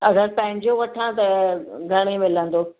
अगरि पंहिंजो वठां त घणे मिलंदो